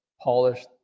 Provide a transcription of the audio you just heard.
polished